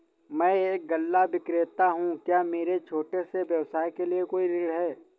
मैं एक गल्ला विक्रेता हूँ क्या मेरे छोटे से व्यवसाय के लिए कोई ऋण है?